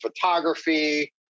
photography